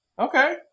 Okay